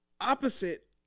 opposite